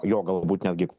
jo galbūt netgi